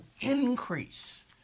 increase